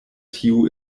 tiu